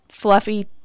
Fluffy